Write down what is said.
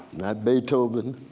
not beethoven,